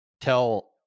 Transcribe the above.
tell